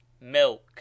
milk